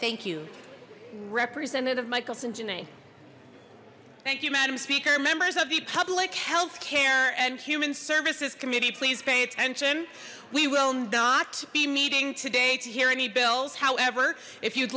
thank you representative michelson janay thank you madam speaker members of the public health care and human services committee please pay attention we will not be meeting today to hear any bills however if you'd